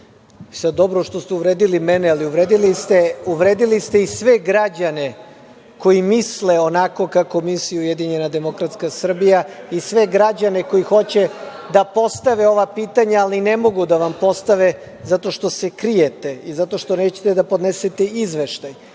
glup. Dobro što ste uvredili mene, ali uvredili ste i sve građane koji misle onako kako misli UDS i sve građane koji hoće da postave ova pitanja, ali ne mogu da ih postave zato što ste krijete i nećete da podnesete izveštaj,